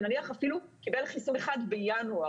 ונניח אפילו קיבל חיסון אחד בינואר,